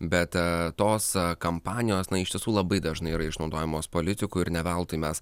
bet a tos kampanijos na iš tiesų labai dažnai yra išnaudojamos politikų ir ne veltui mes